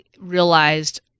realized